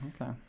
okay